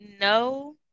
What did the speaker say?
no